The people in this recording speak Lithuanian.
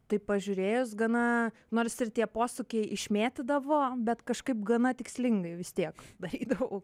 taip pažiūrėjus gana nors ir tie posūkiai išmėtydavo bet kažkaip gana tikslingai vis tiek eidavau